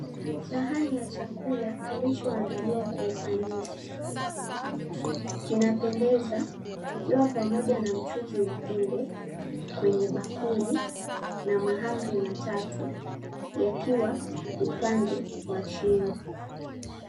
Sahani ya chakula kilichoandaliwa kwa ufanisi kinapendeza kikiwa pamoja na mchuzi wa kunde kwenye bakuli na mahamri matatu yakiwa upande wa chini.